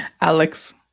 Alex